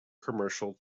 commercial